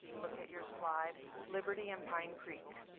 look at your slide liberty and pine creek.